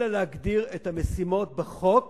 אלא להגדיר את המשימות בחוק